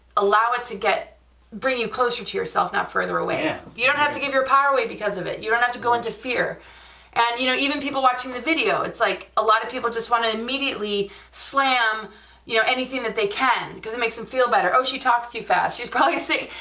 allow it to bring you closer to yourself not further away, and you don't have to give your power away because of it, you don't have to go into fear and you know even people watching the video, it's like a lot of people just want to immediately slam you know anything that they can, cuz it makes them feel better, oh she talks too fast, she's probably sick,